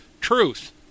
truth